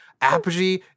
Apogee